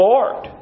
Lord